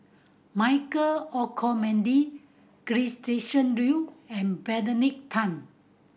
Michael Olcomendy Gretchen Liu and Benedict Tan